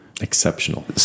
exceptional